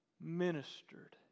ministered